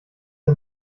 der